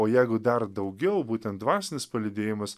o jeigu dar daugiau būtent dvasinis palydėjimas